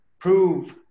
prove